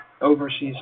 overseas